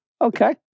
Okay